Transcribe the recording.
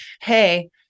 Hey